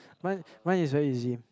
mine mine is very easy